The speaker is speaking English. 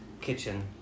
kitchen